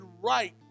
right